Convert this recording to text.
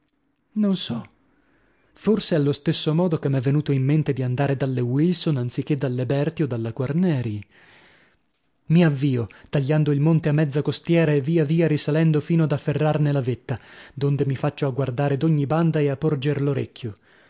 non so forse allo stesso modo che m'è venuto in mente di andare dalle wilson anzichè dalle berti o dalla quarneri mi avvio tagliando il monte a mezza costiera e via via risalendo fino ad afferrarne la vetta donde mi faccio a guardare d'ogni banda e a porger l'orecchio